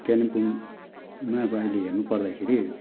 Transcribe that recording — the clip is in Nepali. कालिम्पोङमा अब अहिले हेर्नुपर्दाखेरि